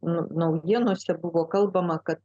naujienose buvo kalbama kad